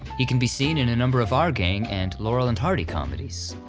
he can be seen in a number of our gang and laurel and hardy comedies,